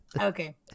Okay